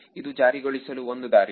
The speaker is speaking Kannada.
ಇದು ಜಾರಿಗೊಳಿಸಲು ಒಂದು ದಾರಿ